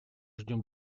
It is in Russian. ждем